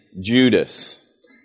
Judas